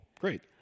Great